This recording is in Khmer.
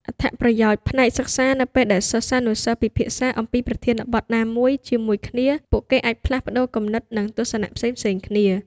អត្ថប្រយោជន៍ផ្នែកសិក្សានៅពេលដែលសិស្សានុសិស្សពិភាក្សាអំពីប្រធានបទណាមួយជាមួយគ្នា ពួកគេអាចផ្លាស់ប្តូរគំនិត និងទស្សនៈផ្សេងៗគ្នា។